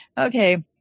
Okay